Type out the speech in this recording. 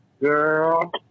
Girl